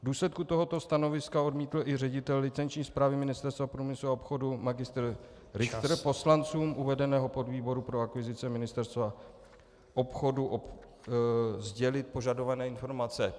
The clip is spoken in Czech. V důsledku tohoto stanoviska odmítl i ředitel licenční správy Ministerstva průmyslu a obchodu Mgr. Richtr poslancům uvedeného podvýboru pro akvizice Ministerstva obchodu sdělit požadované informace.